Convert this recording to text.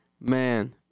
Man